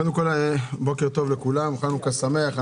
בוקר טוב, חנוכה שמח.